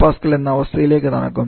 72 MPa എന്ന അവസ്ഥയിലേക്ക് തണുക്കും